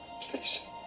please